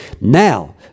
now